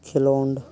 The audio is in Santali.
ᱠᱷᱮᱞᱚᱸᱰ